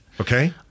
Okay